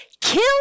Kill